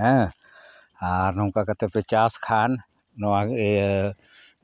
ᱦᱮᱸ ᱟᱨ ᱱᱚᱝᱠᱟ ᱠᱟᱛᱮᱫ ᱯᱮ ᱪᱟᱥ ᱠᱷᱟᱱ ᱱᱚᱣᱟ